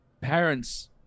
parents